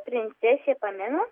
princesė pamina